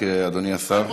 רק, אדוני השר.